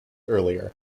earlier